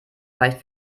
reicht